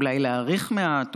אולי להאריך מעט,